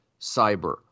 cyber